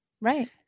Right